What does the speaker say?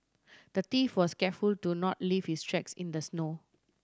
the thief was careful to not leave his tracks in the snow